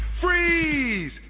freeze